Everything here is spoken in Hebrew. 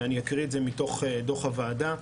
ואני אקריא את זה מתוך דוח הוועדה.